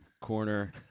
corner